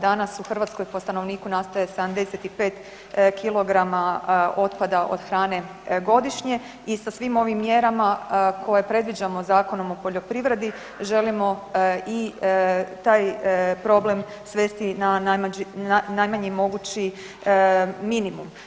Danas u Hrvatskoj po stanovniku nastaje 75 kg otpada od hrane godišnje i sa svim ovim mjerama koje predviđamo Zakonom o poljoprivredi, želimo i taj problem svesti na najmanji mogući minimum.